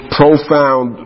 profound